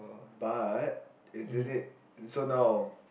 but isn't it so now